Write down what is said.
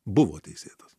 buvo teisėtas